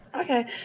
Okay